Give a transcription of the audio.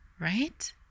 Right